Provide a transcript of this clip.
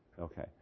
Okay